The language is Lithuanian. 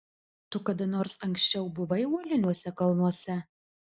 tu kada nors anksčiau buvai uoliniuose kalnuose